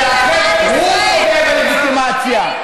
שלדעתכם הוא פוגע בלגיטימציה.